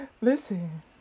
listen